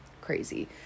crazy